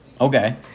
Okay